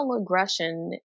aggression